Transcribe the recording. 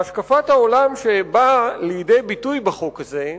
השקפת העולם שבאה לידי ביטוי בחוק הזה,